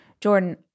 Jordan